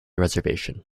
reservation